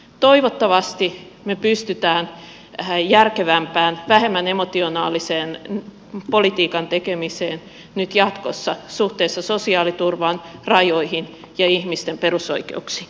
toivottavasti me pystymme järkevämpään vähemmän emotionaaliseen politiikan tekemiseen nyt jatkossa suhteessa sosiaaliturvan rajoihin ja ihmisten perusoikeuksiin